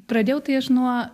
pradėjau tai aš nuo